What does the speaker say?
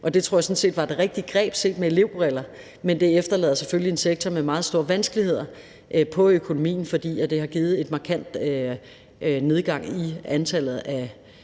Det tror jeg sådan set var det rigtige greb set med elevbriller, men det efterlader selvfølgelig en sektor med meget store vanskeligheder i forhold til økonomien, fordi det har givet en markant nedgang i antallet af